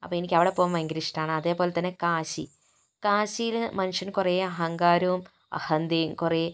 അപ്പോൾ എനിക്ക് അവിടെ പോകാൻ ഭയങ്കര ഇഷ്ടമാണ് അതേപോലെതന്നെ കാശി കാശിയിൽ മനുഷ്യന് കുറേ അഹങ്കാരവും അഹന്തയും കുറേ